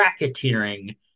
racketeering